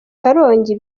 karongi